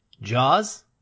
Jaws